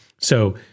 So-